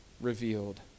revealed